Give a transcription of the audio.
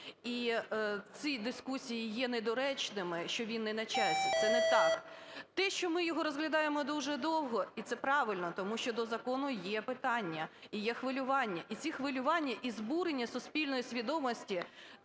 і ці дискусії є недоречними, що він не на часі – це не так. Те, що ми його розглядаємо дуже довго, і це правильно, тому що до закону є питання і є хвилювання. І ці хвилювання і збурення суспільної свідомості,